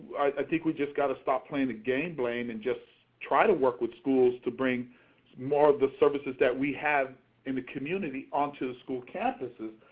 i think we've just got to stop playing the game blame and just try to work with schools to bring more of the services that we have in the community onto the school campuses.